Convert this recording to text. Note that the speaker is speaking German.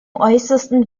äußersten